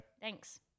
Thanks